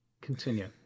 continue